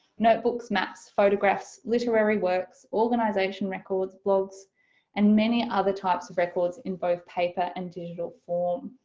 notebooks, maps, photographs, literary works, organization records, blogs and many other types of records, in both paper and digital form.